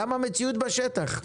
גם המציאות בשטח.